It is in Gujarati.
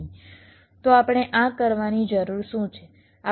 તો આપણે આ કરવાની શું જરૂર છે